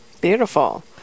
Beautiful